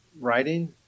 writing